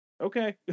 Okay